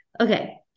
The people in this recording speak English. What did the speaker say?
okay